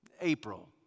April